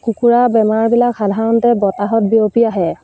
কুকুৰা বেমাৰবিলাক সাধাৰণতে বতাহত বিয়পি আহে